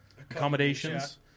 accommodations